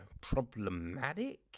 problematic